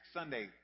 Sunday